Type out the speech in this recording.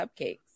cupcakes